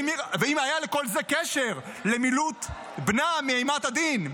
ואם היה לכל זה קשר למילוט בנה מאימת הדין.